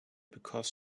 because